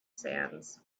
sands